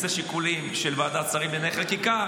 השיקולים של ועדת שרים לענייני חקיקה